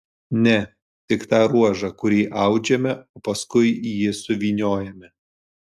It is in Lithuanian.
ne tik tą ruožą kurį audžiame o paskui jį suvyniojame